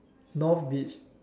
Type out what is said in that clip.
north beach